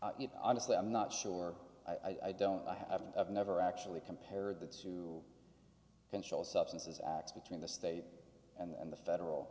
honestly i'm not sure i don't i haven't i've never actually compared the two controlled substances act between the state and the federal